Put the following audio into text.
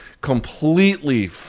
completely